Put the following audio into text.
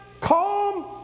calm